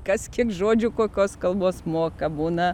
kas kiek žodžių kokios kalbos moka būna